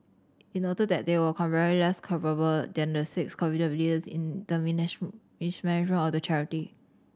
it noted that they were comparatively less culpable than the six convicted leaders in the mismanagement of the charity